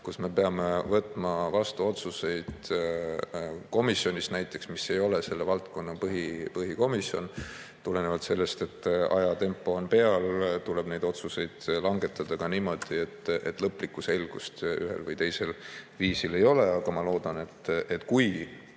me peame võtma vastu otsuseid näiteks komisjonis, mis ei ole selle valdkonna põhikomisjon. Tulenevalt sellest, et aja[surve] on peal, tuleb neid otsuseid langetada ka niimoodi, et lõplikku selgust ühel või teisel viisil ei ole. Aga ma loodan, et kui